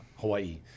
Hawaii